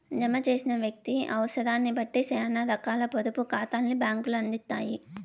జమ చేసిన వ్యక్తి అవుసరాన్నిబట్టి సేనా రకాల పొదుపు కాతాల్ని బ్యాంకులు అందిత్తాయి